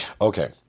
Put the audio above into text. Okay